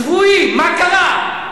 צבועים, מה קרה?